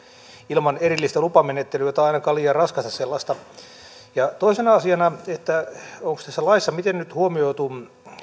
ilman erillistä lupamenettelyä tai ainakaan liian raskasta sellaista toisena asiana onko tässä laissa miten nyt huomioitu